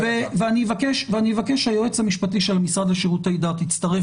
ואני אבקש שהיועץ המשפטי של המשרד לשירותי דת יצטרף